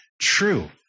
true